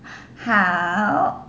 好